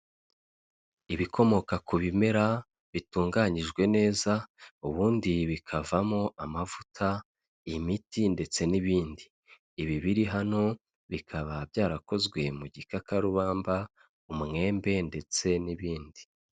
Ibikomoka ku bimera bitunganyijwe neza ubundi bikavamo amavuta, imiti ndetse n'ibindi, ibi biri hano bikaba byarakozwe mu gikakarubamba, umwembe ndetse n'ibindi.